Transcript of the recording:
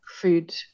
food